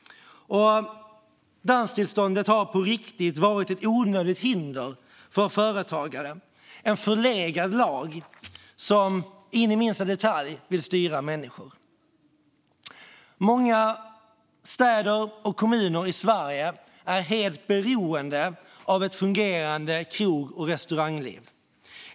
Danstillståndet har varit ett onödigt hinder för företagare, en förlegad lag för att styra människor in i minsta detalj. Många städer och kommuner i Sverige är helt beroende av ett fungerande krog och restaurangliv.